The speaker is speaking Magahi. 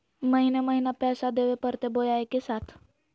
महीने महीने पैसा देवे परते बोया एके साथ?